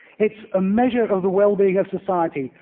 it's a measure of the well-being of society,